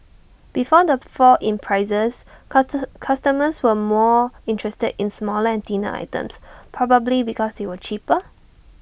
before the fall in prices cuter customers were more interested in smaller and thinner items probably because they were cheaper